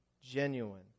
genuine